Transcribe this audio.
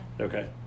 Okay